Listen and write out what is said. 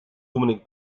dominik